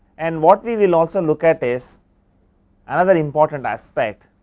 and what we will also look at is another important aspect,